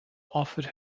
offered